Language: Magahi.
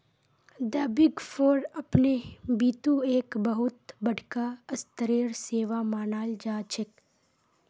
द बिग फोर अपने बितु एक बहुत बडका स्तरेर सेवा मानाल जा छेक